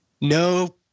no